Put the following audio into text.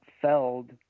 Feld